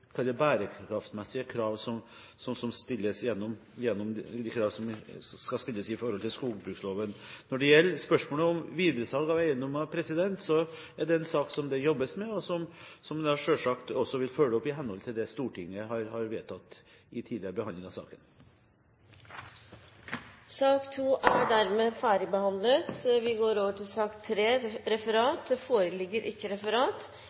krav som stilles gjennom skogbruksloven. Når det gjelder spørsmålet om videresalg av eiendommer, er det en sak det jobbes med, og som en da selvsagt også vil følge opp i henhold til det Stortinget har vedtatt i tidligere behandling av saken. Sak nr. 2 er dermed ferdigbehandlet. Det foreligger ikke noe referat. Dermed er dagens kart ferdigbehandlet. Presidenten antar at siste representant i salen ikke